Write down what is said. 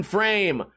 Frame